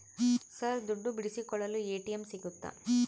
Sir ದುಡ್ಡು ಬಿಡಿಸಿಕೊಳ್ಳಲು ATM ಸಿಗುತ್ತಾ?